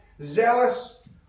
zealous